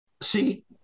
See